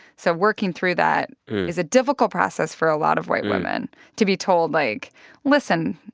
so working through that is a difficult process for a lot of white women to be told like listen.